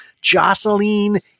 Jocelyn